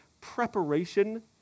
preparation